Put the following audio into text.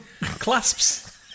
Clasps